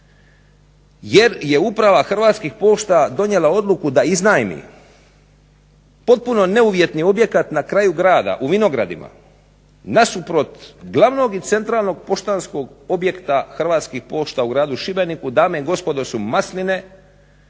jer je Uprava Hrvatskih pošta donijela odluku da iznajmi potpuno neuvjetni objekat na kraju grada u vinogradima nasuprot glavnog i centralnog poštanskog objekta Hrvatskih pošta u gradu Šibeniku, dame i gospodo, su masline